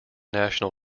national